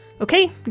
Okay